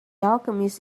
alchemist